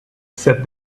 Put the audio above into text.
said